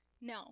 No